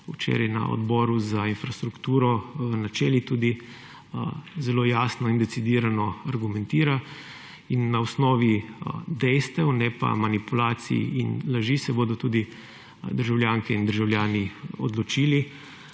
včeraj na Odboru za infrastrukturo načeli, tudi zelo jasno in decidirano argumentira. In na osnovi dejstev, ne pa manipulacij in laži, se bodo tudi državljanke in državljani odločili,